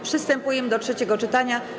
Przystępujemy do trzeciego czytania.